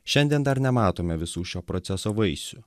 šiandien dar nematome visų šio proceso vaisių